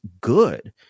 good